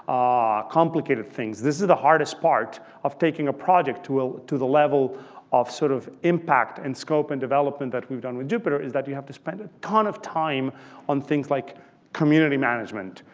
ah complicated things. this is the hardest part of taking a project tool to the level of sort of impact and scope and development that we've done with jupyter is that you have to spend a ton of time on things like community management,